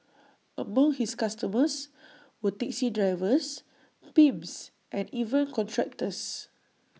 among his customers were taxi drivers pimps and even contractors